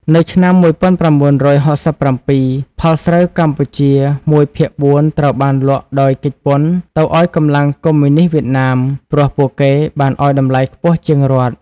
នៅឆ្នាំ១៩៦៧ ផលស្រូវកម្ពុជាមួយភាគបួនត្រូវបានលក់ដោយគេចពន្ធទៅឲ្យកម្លាំងកុមយនីស្តវៀតណាម ព្រោះពួកគេបានឲ្យតម្លៃខ្ពស់ជាងរដ្ឋ ។